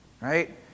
right